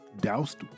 doused